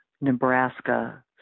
Nebraska